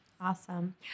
Awesome